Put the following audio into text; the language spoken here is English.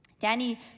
Danny